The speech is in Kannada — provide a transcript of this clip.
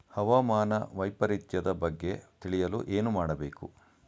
ಹವಾಮಾನ ವೈಪರಿತ್ಯದ ಬಗ್ಗೆ ತಿಳಿಯಲು ಏನು ಮಾಡಬೇಕು?